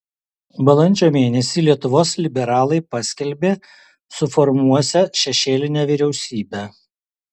balandžio mėnesį lietuvos liberalai paskelbė suformuosią šešėlinę vyriausybę